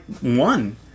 one